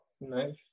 nice